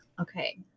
Okay